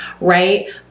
right